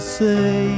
say